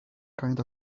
kind